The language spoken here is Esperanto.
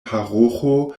paroĥo